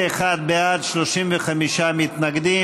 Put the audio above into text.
71 בעד, 35 מתנגדים.